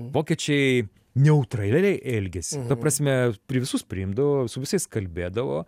vokiečiai neutraliai elgėsi ta prasme jie visus priimdavo su visais kalbėdavo